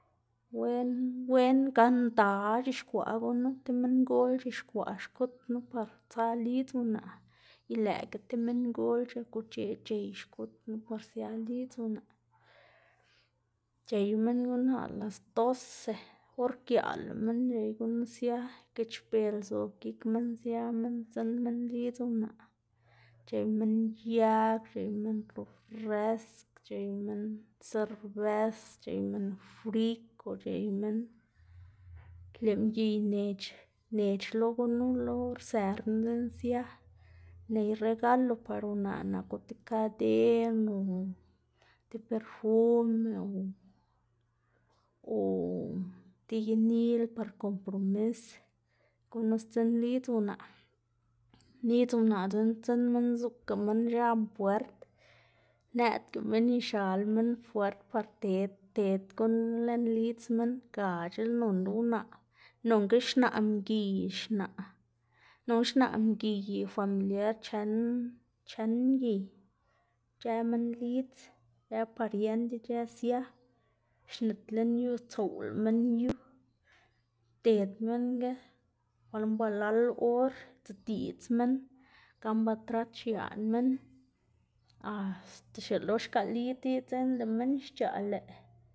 Wen wen gana nda c̲h̲ixkwaꞌ gunu ti minngol c̲h̲ixkwaꞌ xkut knu par tsa lidz unaꞌ y lëꞌkga tib minnndoꞌ c̲h̲ak uc̲h̲e c̲h̲ey xkut knu sia lidz unaꞌ, c̲h̲ey minn gunu a las dose or giaꞌl lëꞌ minn c̲h̲ey gunu sia geꞌc̲h̲bel zob gik minn sia sdzinn minn lidz unaꞌ c̲h̲ey minn yag, c̲h̲ey minn rofresk c̲h̲ey minn, c̲h̲ey minn serves c̲h̲ey minn friko c̲h̲ey minn, lëꞌ mgiy nnec̲h̲ nec̲h̲ lo gunu lo rser knu dzekna sia, ney regalo par unaꞌ naku ti kaden o ti perfume o o ti inil par kompromis, gunu szinn lidz unaꞌ, lidz unaꞌ dzekna sdzinn minn zuꞌka minn x̱an puert neꞌdga minn ixal minn puert par ted ted gunu lën lidz minn, gac̲h̲a nonla unaꞌ nonga xnaꞌ minn mgiy xnaꞌ nonga xnaꞌ mgiy y familiar chen chen mgiy ic̲h̲ë minn lidz ic̲h̲ë pariend ic̲h̲ë sia xnit lën yu stsoꞌwla minn yu xded minnga wan balal or dzediꞌdz minn, gan ba trat xiaꞌn minn asta xielo xgaꞌli diꞌdz dzekna lëꞌ minn xc̲h̲aꞌ lëꞌ.